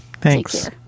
Thanks